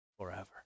forever